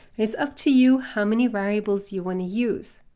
it's up to you how many variables you want to use.